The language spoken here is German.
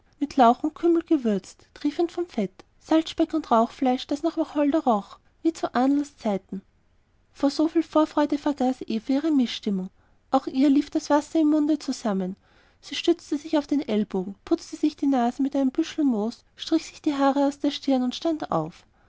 mit lauch und kümmel gewürzt und triefend von fett salzspeck und rauchfleisch das nach wacholder roch wie zu ahnls zeiten vor so viel vorfreude vergaß eva ihre mißstimmung auch ihr lief das wasser im munde zusammen sie stützte sich auf den ellbogen putzte sich die nase mit einem büschel moos strich sich die haare aus der stirn und stand auf